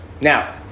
Now